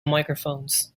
microphones